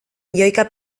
milioika